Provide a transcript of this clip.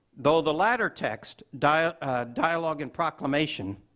though the latter text, dialogue dialogue and proclamation,